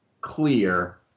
clear